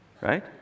right